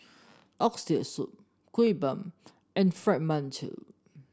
Oxtail Soup Kuih Bom and Fried Mantou